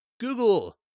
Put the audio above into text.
Google